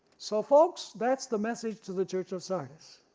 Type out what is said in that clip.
so folks that's the message to the church of sardis.